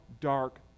dark